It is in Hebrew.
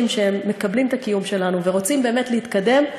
שמקבלים את הקיום שלנו ורוצים באמת להתקדם,